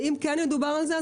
ואם כן ידובר על זה,